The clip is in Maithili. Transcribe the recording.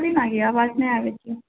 सुनहि ने आबाज नहि आबै छै